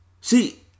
See